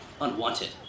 Unwanted